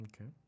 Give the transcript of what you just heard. Okay